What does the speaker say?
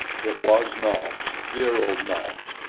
it was nobs, dear old nobs.